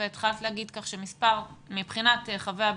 אני מכירה שרוב הבקשות כל הבקשות לבידוד מחוץ לבית,